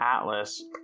Atlas